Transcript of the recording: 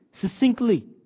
succinctly